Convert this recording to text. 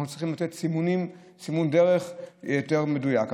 אנחנו צריך לתת סימון דרך יותר מדויק.